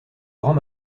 grand